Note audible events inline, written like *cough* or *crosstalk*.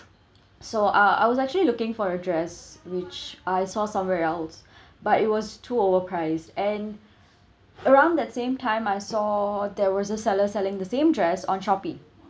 so I I was actually looking for a dress which I saw somewhere else *breath* but it was too overpriced and *breath* around that same time I saw there was a seller selling the same dress on Shopee